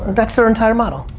that's their entire model,